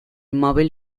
móvil